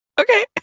Okay